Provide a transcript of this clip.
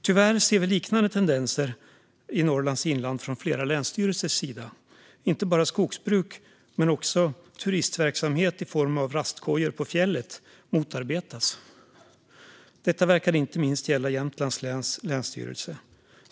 Tyvärr ser vi liknande tendenser i Norrlands inland från flera länsstyrelsers sida. Inte bara skogsbruk utan också turistverksamhet i form av rastkojor på fjället motarbetas. Detta verkar inte minst gälla Jämtlands läns länsstyrelse.